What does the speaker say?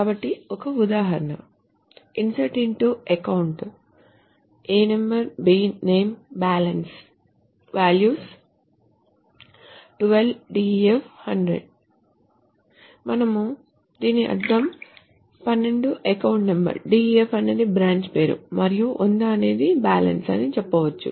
కాబట్టి ఒక ఉదాహరణ INSERT INTO account ano bname bal VALUES 12 "DEF" 100 మనం దీని అర్థం 12 అకౌంట్ నంబర్ DEF అనేది బ్రాంచ్ పేరు మరియు 100 అనేది బ్యాలెన్స్ అని చెప్పవచ్చు